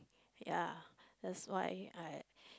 ya that's why I